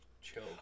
choke